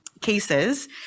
cases